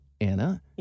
Anna